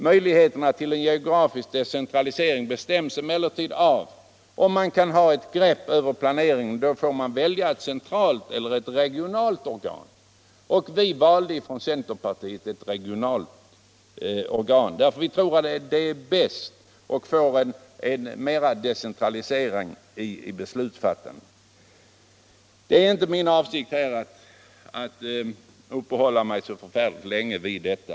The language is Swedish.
Möjligheterna till en geografisk decentralisering bestäms emellertid av om man har grepp över planeringen, och då får man välja ett centralt eller ett regionalt organ. Vi valde i centerpartiet ett regionalt organ. Vi tror att det är bäst och medför en större decentralisering i beslutsfattandet. Det är inte min avsikt att nu uppehålla mig så länge vid detta.